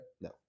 No